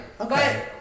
Okay